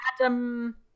Adam